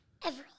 Everly